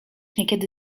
niekiedy